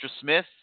Smith